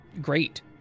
great